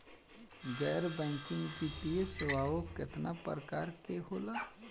गैर बैंकिंग वित्तीय सेवाओं केतना प्रकार के होला?